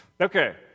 Okay